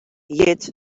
hjit